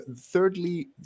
thirdly